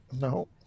No